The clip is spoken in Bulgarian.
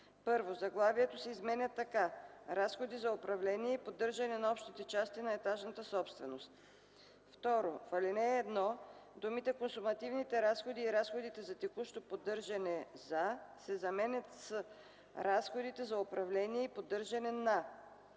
1. Заглавието се изменя така: „Разходи за управление и поддържане на общите части на етажната собственост”. 2. В ал. 1 думите „Консумативните разходи и разходите за текущо поддържане за” се заменят с „Разходите за управление и поддържане на”,